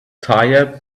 tire